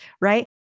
right